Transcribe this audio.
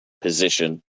position